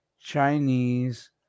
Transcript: Chinese